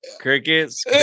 crickets